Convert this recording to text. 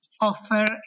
offer